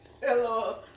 Hello